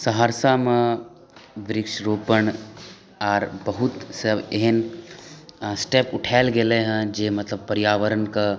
सहरसामे वृक्षरोपण आर बहुत सभ एहन स्टेप उठायल गेलैया जे मतलब पर्यावरणके